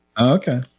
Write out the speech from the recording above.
Okay